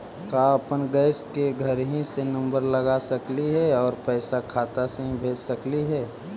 का अपन गैस के घरही से नम्बर लगा सकली हे और पैसा खाता से ही भेज सकली हे?